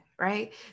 right